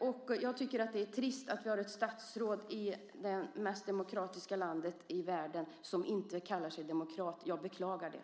Jag tycker också att det är trist att vi har ett statsråd i det mest demokratiska landet i världen som inte kallar sig demokrat. Jag beklagar det.